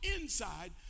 inside